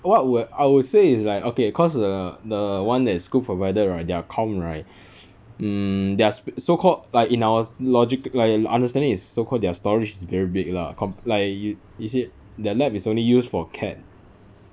what would I would say it's like okay cause the the one that school provided right their com right hmm their s~ so called like in our logic like our understanding is so called their storage is very big lah comp~ like you you see their lab is only used for C_A_D